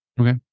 Okay